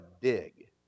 dig